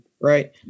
Right